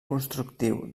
constructiu